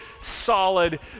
solid